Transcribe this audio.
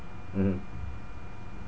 mmhmm